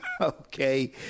okay